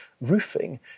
roofing